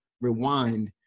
rewind